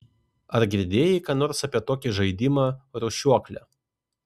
ar girdėjai ką nors apie tokį žaidimą rūšiuoklė